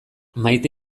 maite